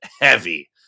heavy